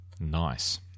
Nice